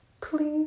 please